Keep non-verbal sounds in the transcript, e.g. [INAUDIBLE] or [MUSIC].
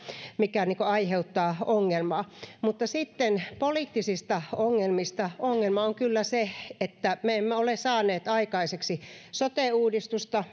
mikä aiheuttaa ongelmaa sitten poliittisista ongelmista ongelma on kyllä se että me emme ole saaneet aikaiseksi sote uudistusta [UNINTELLIGIBLE]